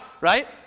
right